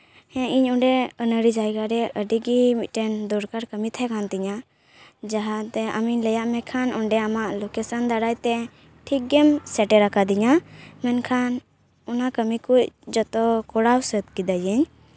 ᱦᱮᱸ ᱤᱧ ᱚᱱᱟ ᱟᱹᱱᱟᱹᱲᱤ ᱡᱟᱭᱜᱟ ᱨᱮ ᱟᱹᱰᱤ ᱜᱮ ᱢᱤᱫᱴᱮᱱ ᱫᱚᱨᱠᱟᱨ ᱛᱟᱦᱮᱸᱠᱟᱱ ᱛᱤᱧᱟᱹ ᱡᱟᱦᱟᱸᱴᱷᱮᱱ ᱟᱢᱤᱧ ᱞᱟᱹᱭᱟᱫ ᱢᱮᱠᱷᱟᱱ ᱚᱸᱰᱮ ᱟᱢᱟᱜ ᱞᱳᱠᱮᱥᱟᱱ ᱫᱟᱨᱟᱭᱛᱮ ᱴᱷᱤᱠᱜᱮᱢ ᱥᱮᱴᱮᱨᱟᱠᱟᱫᱤᱧᱟ ᱢᱮᱱᱠᱷᱟᱱ ᱚᱱᱟ ᱠᱟᱢᱤ ᱠᱚ ᱡᱚᱛᱚ ᱠᱚᱲᱟᱣ ᱥᱟᱹᱛ ᱠᱮᱫᱟᱭᱤᱧ